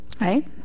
right